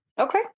Okay